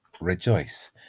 rejoice